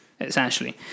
essentially